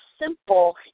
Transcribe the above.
simple